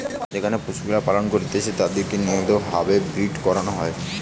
যেখানে পশুগুলার পালন করতিছে তাদিরকে নিয়মিত ভাবে ব্রীড করানো হয়